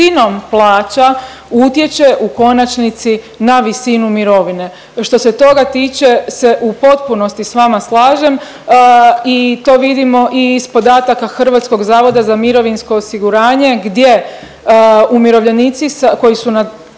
visinom plaća utječe u konačnici na visinu mirovine. Što se toga tiče se u potpunosti s vama slažem i to vidimo i iz podataka HZMO-a gdje umirovljenici koji su na